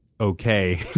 okay